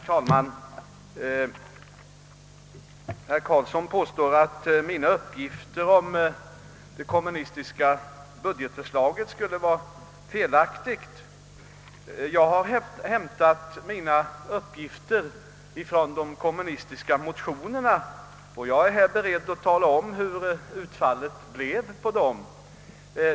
Herr talman! Herr Karlsson i Huddinge påstod att mina uppgifter om det kommunistiska budgetförslaget var felaktiga. Jag har hämtat uppgifterna från de kommunistiska motionerna, och jag är här beredd att tala om hur utfallet blir.